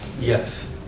Yes